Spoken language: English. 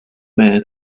man